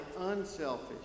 unselfish